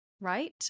right